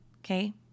Okay